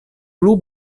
plu